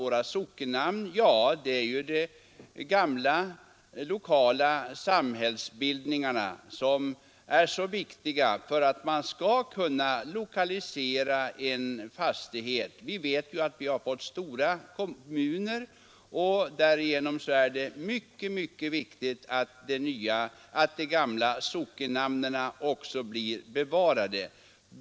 Våra sockennamn betecknade ju de gamla lokala samhällsbildningarna som är så viktiga för att man skall kunna lokalisera en fastighet. Vi har som bekant fått större kommuner, och därvid är det mycket viktigt att de gamla sockennamnen blir bevarade.